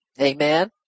Amen